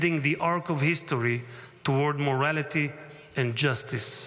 bending the arc of history toward morality and justice.